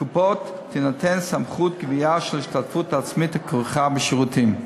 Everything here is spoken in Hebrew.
לקופות תינתן סמכות לקבוע את ההשתתפות העצמית הכרוכה בשירותים.